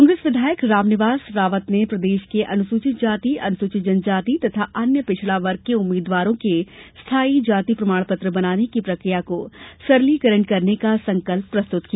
कांग्रेस विधायक रामनिवास रावत ने प्रदेश के अनुसूचित जाति अनुसूचित जनजाति तथा अन्य पिछड़ा वर्ग के उम्मीदवारों के स्थाई जाति प्रमाण पत्र बनाने की प्रक्रिया को सरलीकरण करने का संकल्प प्रस्तुत किया